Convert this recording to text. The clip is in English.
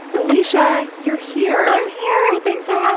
alysha, you're here. i'm here! thanks so um